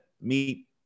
meet